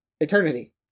eternity